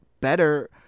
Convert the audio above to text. better